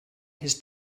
his